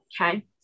Okay